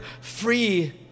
free